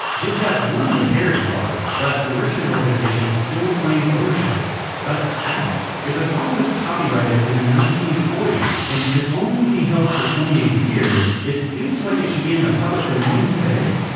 jib jab won the parody part, but the richmond organization still claims ownership but how? if a song was copyrighted in the nineteen forty s, and could only be held for twenty eight years, it seems like it should be in the public domain today